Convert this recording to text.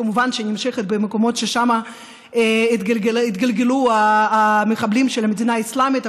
כמובן שהיא נמשכת במקומות שאליהם התגלגלו המחבלים של המדינה האסלאמית,